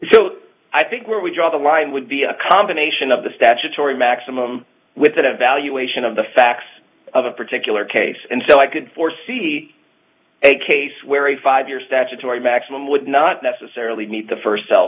so i think where we draw the line would be a combination of the statutory maximum with an evaluation of the facts of a particular case and so i could foresee a case where a five year statutory maximum would not necessarily meet the first cell